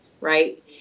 Right